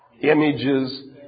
images